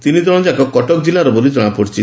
ତିନି ଜଣ ଯାକ କଟକ ଜିଲ୍ବାର ବୋଲି ଜଣାପଡିଛି